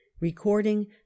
Recording